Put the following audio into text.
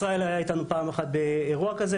ישראל היה איתנו פעם אחת באירוע כזה,